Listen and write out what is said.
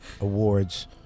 awards